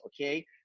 okay